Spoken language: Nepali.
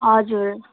हजुर